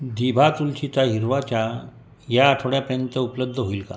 धिभा तुळशीचा हिरवा चहा या आठवड्यापर्यंत उपलब्ध होईल का